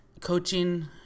coaching